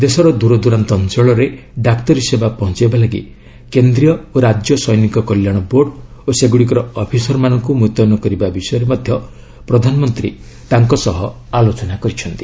ଦେଶର ଦୂରଦୂରାନ୍ତ ଅଞ୍ଚଳରେ ଡାକ୍ତରୀ ସେବା ପହଞ୍ଚାଇବା ପାଇଁ କେନ୍ଦ୍ରୀୟ ଓ ରାଜ୍ୟ ସୈନୀକ କଲ୍ୟାଣ ବୋର୍ଡ ଓ ସେଗୁଡ଼ିକର ଅଫିସରମାନଙ୍କୁ ମୁତୟନ କରିବା ବିଷୟରେ ମଧ୍ୟ ପ୍ରଧାନମନ୍ତ୍ରୀ ତାଙ୍କ ସହ ଆଲୋଚନା କରିଛନ୍ତି